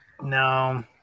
No